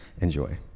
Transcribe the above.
enjoy